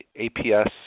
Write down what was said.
APS